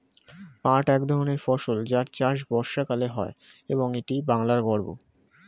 পাট এক ধরনের ফসল যার চাষ বর্ষাকালে হয় এবং এটি বাংলার গর্ব